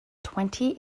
twenty